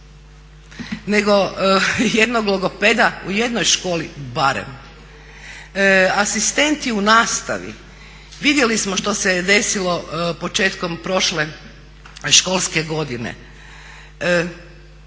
nego jednog logopeda u jednoj školi barem. Asistenti u nastavi, vidjeli smo što se je desilo početkom prošle školske godine.